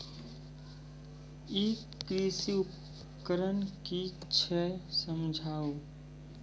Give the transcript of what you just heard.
ई कृषि उपकरण कि छियै समझाऊ?